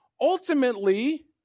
Ultimately